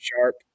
Sharp